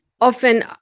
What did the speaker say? Often